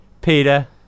Peter